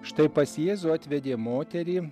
štai pas jėzų atvedė moterį